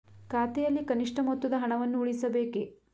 ಖಾತೆಯಲ್ಲಿ ಕನಿಷ್ಠ ಮೊತ್ತದ ಹಣವನ್ನು ಉಳಿಸಬೇಕೇ?